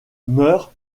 meurt